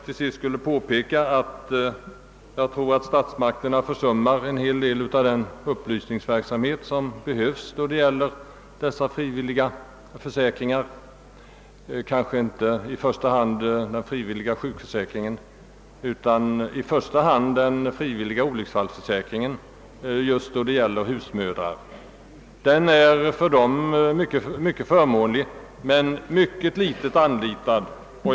Till sist skulle jag vilja påpeka att statsmakterna nog försummar en del av den upplysningsverksamhet som behövs när det gäller frivilliga försäkringar, i första hand kanske inte den frivilliga sjukförsäkringen, utan den frivilliga olycksfallsförsäkringen = för husmödrar. Den är mycket förmånlig för dem, men föga anlitad.